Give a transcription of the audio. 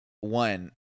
one